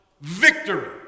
victory